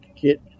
get